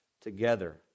together